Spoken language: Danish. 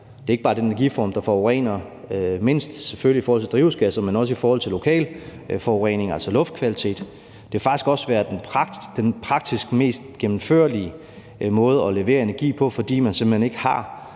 ikke bare den energiform, der forurener mindst, selvfølgelig i forhold til drivhusgasser, men også i forhold til lokal forurening, altså luftkvalitet. Det har faktisk også været den praktisk mest gennemførlige måde at levere energi på, fordi man simpelt hen ikke har